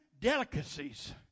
delicacies